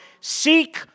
seek